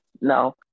no